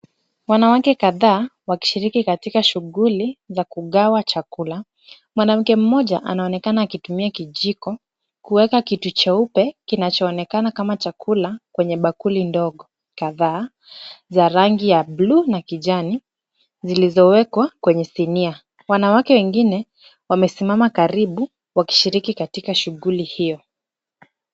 Wanawake kadhaa wakishiriki katika shughuli za kugawa chakula. Mwanamke mmoja anaonekana akitumia kijiko kuweka kitu cheupe kinachoonekana kama chakula kwenye bakuli ndogo kadhaa za rangi ya buluu na kijani zilizowekwa kwenye sinia. Wananawake wengine wamesimama karibu wakishiriki katika shughuli hiyo.